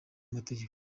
amategeko